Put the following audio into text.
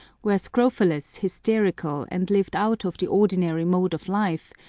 were scrofulous, hysterical, and lived out of the ordinary mode of life,